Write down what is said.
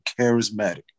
charismatic